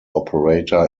operator